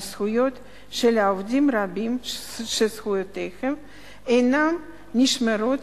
זכויות של עובדים רבים שזכויותיהם אינן נשמרות